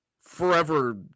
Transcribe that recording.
forever